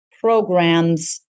programs